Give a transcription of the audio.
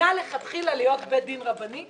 נבנה לכתחילה להיות בית דין רבני?